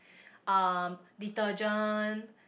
um detergent